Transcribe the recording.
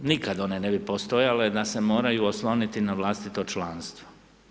Nikad one ne bi postojale da se moraju osloniti na vlastito članstvo.